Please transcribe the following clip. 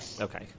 Okay